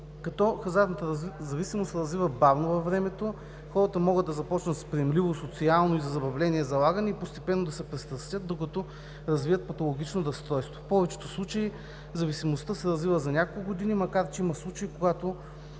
карти. Хазартната зависимост се развива бавно във времето. Хората могат да започнат с приемливо социално и за забавление залагане и постепенно да се пристрастят докато развият патологично разстройство. В повечето случаи зависимостта се развива за няколко години, макар че има случаи, когато